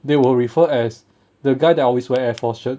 they will refer as the guy that always wear air force shirt